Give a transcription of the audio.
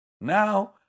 Now